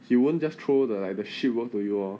he won't just throw the like the shit work to you orh